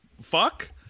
Fuck